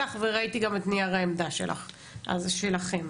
וזה יכול לקרות,